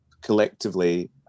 collectively